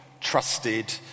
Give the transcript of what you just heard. trusted